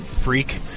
freak